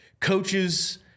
coaches